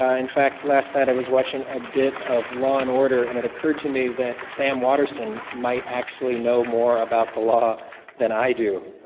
in fact, last night i was watching a bit of law and order and it occurred to me that sam waterson might actually know more about the law than i do.